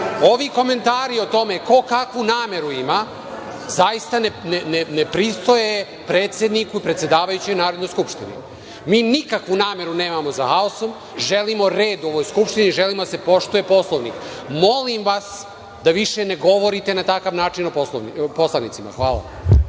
Ovi komentari o tome ko kakvu nameru ima zaista ne pristoje predsedniku, predsedavajućem Narodnoj skupštini. Mi nikakvu nameru nemamo za haosom, želimo red u ovoj Skupštini, želimo da se poštuje Poslovnik. Molim vas da više ne govorite na takav način o poslanicima. Hvala